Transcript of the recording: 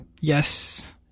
yes